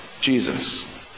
Jesus